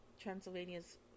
Transylvania's